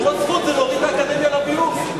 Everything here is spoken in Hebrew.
זאת לא זכות, זה להוריד את האקדמיה לביוב.